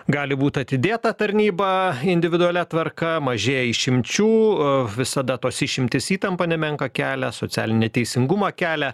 gali būt atidėta tarnyba individualia tvarka mažėja išimčių a visada tos išimtys įtampą nemenką kelia socialinį neteisingumą kelia